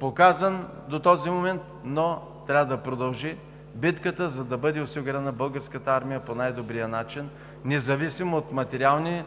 показан до този момент, но трябва да продължи битката, за да бъде осигурена Българската армия по най-добрия начин, независимо от материални